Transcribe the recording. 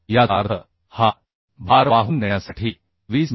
याचा अर्थ हा भार वाहून नेण्यासाठी 20 मि